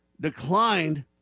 declined